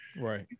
Right